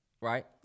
Right